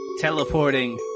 Teleporting